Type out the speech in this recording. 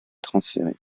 transférées